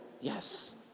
yes